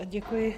Děkuji.